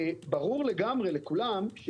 ברור לגמרי לכולם,